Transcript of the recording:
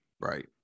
Right